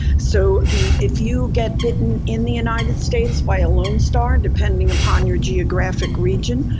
so the if you get bitten in the united states by a lone star depending upon your geographic region,